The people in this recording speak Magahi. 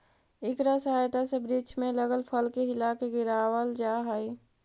इकरा सहायता से वृक्ष में लगल फल के हिलाके गिरावाल जा हई